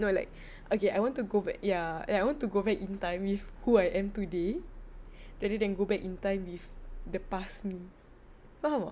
no like okay I want to go back ya and I want to go back in time with who I am today rather than go back in time with the past me faham tak